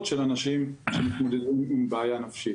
של אנשים שמתמודדים עם בעיה נפשית.